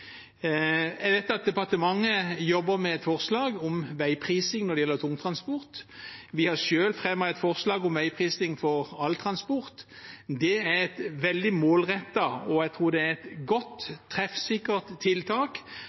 Jeg vet at departementet jobber med et forslag om veiprising når det gjelder tungtransport. Vi har selv fremmet et forslag om veiprising for all transport. Det er et veldig målrettet og – tror jeg – godt og treffsikkert tiltak